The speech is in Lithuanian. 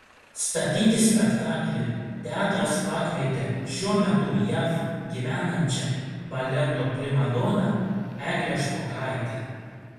statyti spektaklį teatras pakvietė šiuo metu jav gyvenančią baleto primadoną eglę špokaitę